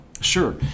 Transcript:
Sure